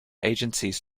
agencies